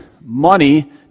money